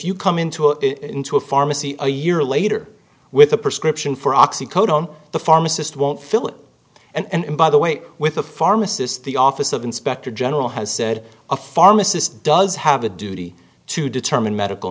you come into a into a pharmacy a year later with a prescription for oxy code on the pharmacist won't fill it and by the way with a pharmacist the office of inspector general has said a pharmacist does have a duty to determine medical